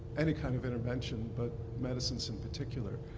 any kind of intervention but medicines in particular.